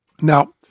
Now